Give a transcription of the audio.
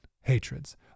hatreds